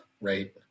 right